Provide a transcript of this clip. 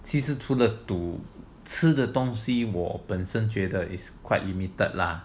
其实除了赌吃的东西我本身觉得 is quite limited lah